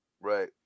Right